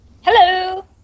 Hello